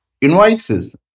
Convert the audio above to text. invoices